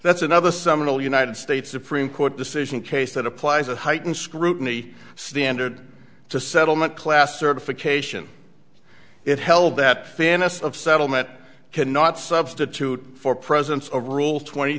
that's another seminal united states supreme court decision case that applies a heightened scrutiny standard to settlement class certification it held that fairness of settlement cannot substitute for presence of rule twenty